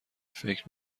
فکر